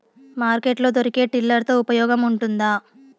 Market లో దొరికే tiller తో ఉపయోగం ఉంటుందా?